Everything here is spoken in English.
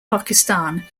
pakistan